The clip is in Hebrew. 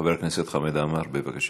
חבר הכנסת חמד עמאר, בבקשה.